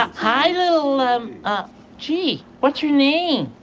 ah hi, little um um gee, what's her name?